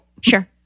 Sure